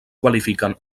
qualifiquen